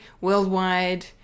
worldwide